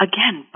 Again